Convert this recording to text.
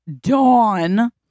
Dawn